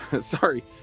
Sorry